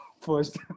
first